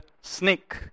snake